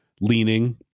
leaning